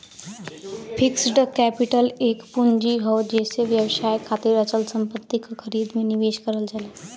fixed capital एक पूंजी हौ जेसे व्यवसाय खातिर अचल संपत्ति क खरीद में निवेश करल जाला